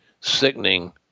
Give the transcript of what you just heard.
sickening